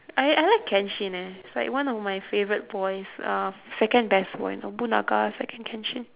I I like kenshin eh he's like one of my favourite boys uh second best boy nobunaga second kenshin